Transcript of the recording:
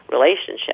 relationship